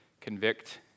convict